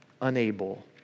unable